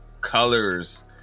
colors